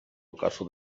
ocaso